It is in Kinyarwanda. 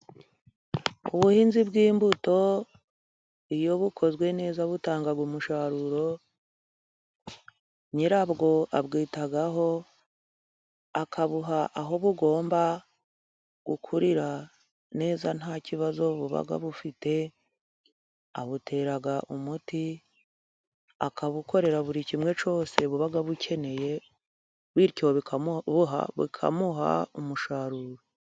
Ubuhinzi bw'imbuto, iyo bukozwe neza butanga umusaruro, nyirabwo abwitaho, akabuha aho bugomba gukurira neza nta kibazo buba bufite, abutera umuti, akabukorera buri kimwe cyose buba bukeneye, bityo bukamuha umusaruro.